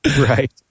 right